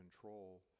control